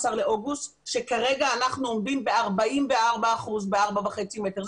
באוגוסט שכרגע אנחנו עומדים ב-44% ב-4.5 מטר.